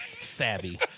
savvy